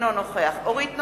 אינו נוכח אורית נוקד,